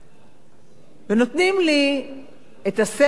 נותנים לי את הספר באיזה